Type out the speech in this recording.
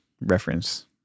reference